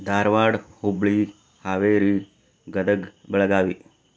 Dharwad Hubballi Haveri Gadag Belagavi